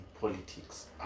politics